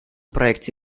проекте